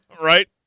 Right